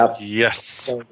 Yes